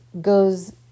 goes